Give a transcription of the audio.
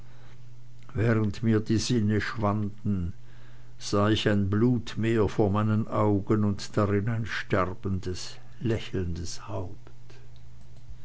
während mir die sinne schwanden sah ich ein blutmeer vor meinen augen und darin ein sterbendes lächelndes haupt